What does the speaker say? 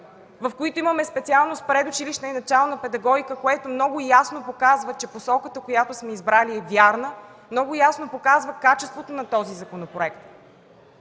в които имаме специалност „предучилищна и начална педагогика”, което много ясно показва, че посоката, която сме избрали, е вярна, много ясно показва качествата на този законопроект.